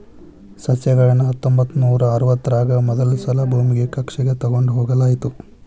ಸಸ್ಯಗಳನ್ನ ಹತ್ತೊಂಬತ್ತನೂರಾ ಅರವತ್ತರಾಗ ಮೊದಲಸಲಾ ಭೂಮಿಯ ಕಕ್ಷೆಗ ತೊಗೊಂಡ್ ಹೋಗಲಾಯಿತು